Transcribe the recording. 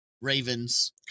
Ravens